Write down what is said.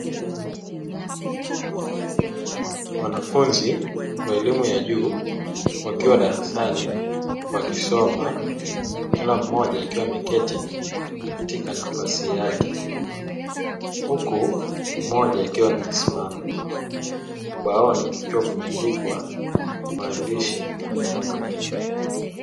Wanafunzi wa elimu ya juu wakiwa darasani wakisoma kila mmoja akiwa ameketi katika nafasi yake, huku mmoja akiwa amesimama ubaoni kukiwa kumeandikwa maandishi ya makapeni.